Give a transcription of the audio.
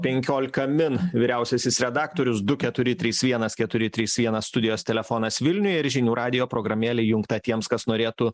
penkiolika min vyriausiasis redaktorius du keturi trys vienas keturi trys vienas studijos telefonas vilniuj ir žinių radijo programėlė įjungta tiems kas norėtų